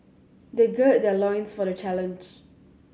they gird their loins for the challenge